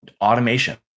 automation